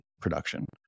production